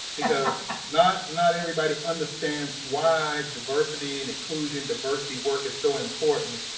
because not not everybody understands why diversity and inclusion, diversity work is so important.